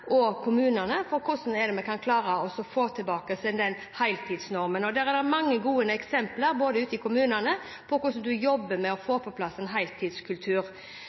og kommunene om hvordan vi skal klare å få tilbake heltidsnormen. Det er mange gode eksempler ute i kommunene på hvordan man jobber med å få på plass en heltidskultur.